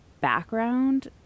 background